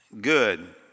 good